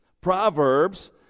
Proverbs